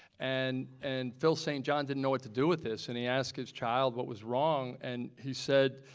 and and phil st. john didn't know what to do with this and he asked his child what was wrong and he said,